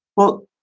well,